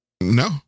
No